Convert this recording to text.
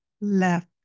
left